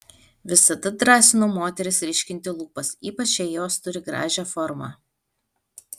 visada drąsinu moteris ryškinti lūpas ypač jei jos turi gražią formą